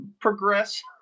progress